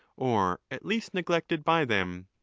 or at least neglected by them.